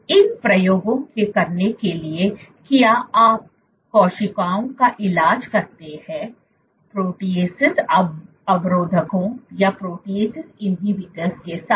इन प्रयोगों को करने के लिए किया आप कोशिकाओं का इलाज करते हैं प्रोटीएसस अवरोधकों के साथ